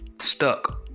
Stuck